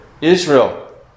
Israel